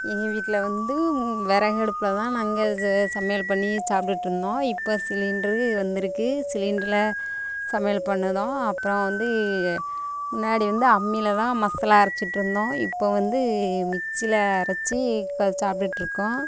எங்கள் வீட்டில் வந்து விறகு அடுப்பில் தான் நாங்கள் சமையல் பண்ணி சாப்பிட்டுட்டு இருந்தோம் இப்போ சிலிண்டரு இது வந்துருக்குது சிலிண்டரில் சமையல் பண்ணுறோம் அப்பறம் வந்து முன்னாடி வந்து அம்மியில் தான் மசாலா அரைத்துட்டு இருந்தோம் இப்போ வந்து மிக்சியில் அரைத்து இப்போ சாப்பிட்டுட்டு இருக்கோம்